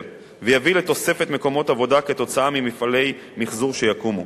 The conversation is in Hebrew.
ויביא לתוספת מקומות עבודה במפעלי מיחזור שיקומו.